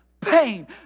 pain